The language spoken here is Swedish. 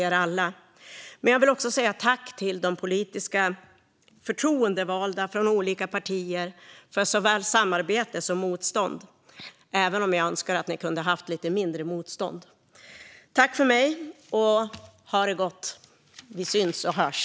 Jag vill också tacka alla politiskt förtroendevalda från olika partier för såväl samarbete som motstånd, även om jag hade önskat lite mindre motstånd. Tack för mig och ha det gott! Vi syns och hörs!